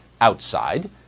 outside